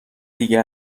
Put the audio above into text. دیگه